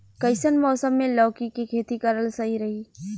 कइसन मौसम मे लौकी के खेती करल सही रही?